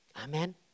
Amen